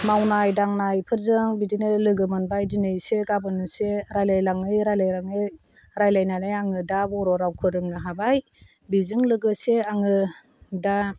मावनाय दांनायफोरजों बिदिनो लोगो मोनबाय दिनै एसे गाबोन एसे रायलायलाङै रायलायलाङै रायलायनानै आङो दा बर' रावखौ रोंनो हाबाय बेजों लोगोसे आङो दा